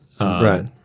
Right